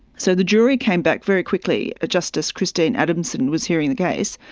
so the jury came back very quickly, justice christine adamson was hearing the case,